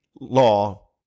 law